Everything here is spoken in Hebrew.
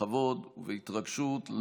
בכבוד ובהתרגשות,